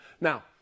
Now